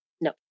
No